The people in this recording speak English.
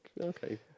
okay